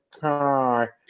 car